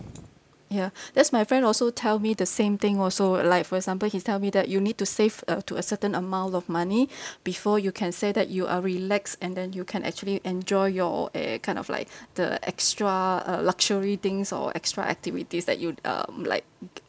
ya that's my friend also tell me the same thing also like for example he tell me that you need to save uh to a certain amount of money before you can say that you are relaxed and then you can actually enjoy your err kind of like the extra uh luxury things or extra activities that you um like